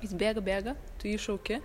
jis bėga bėga tu jį šauki